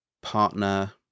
partner